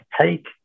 take